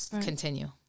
continue